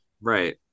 right